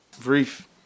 Brief